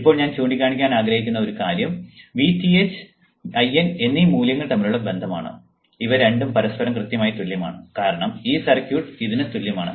ഇപ്പോൾ ഞാൻ ചൂണ്ടിക്കാണിക്കാൻ ആഗ്രഹിക്കുന്ന ഒരു കാര്യം Vth IN എന്നീ മൂല്യങ്ങൾ തമ്മിലുള്ള ബന്ധം ആണ് ഇവ രണ്ടും പരസ്പരം കൃത്യമായി തുല്യമാണ് കാരണം ഈ സർക്യൂട്ട് ഇതിന് തുല്യമാണ്